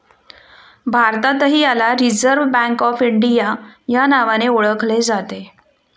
भारतातही याला reserve bank of India या नावाने ओळखले जाते